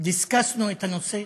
דסקסנו את הנושא,